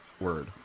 word